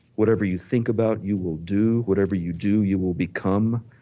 whatever you think about you will do, whatever you do you will become.